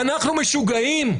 אנחנו משוגעים?